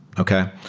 okay?